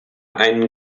einen